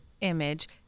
image